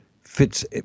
fits